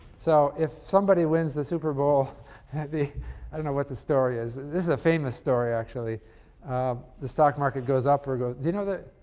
so if somebody wins the super bowl i don't know what the story is this is a famous story actually the stock market goes up or goes do you know that.